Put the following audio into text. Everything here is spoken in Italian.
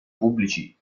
pubblici